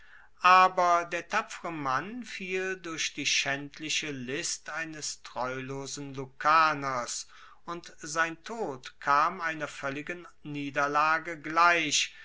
aber der tapfere mann fiel durch die schaendliche list eines treulosen lucaners und sein tod kam einer voelligen niederlage gleich